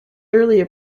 earlier